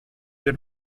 per